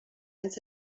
anys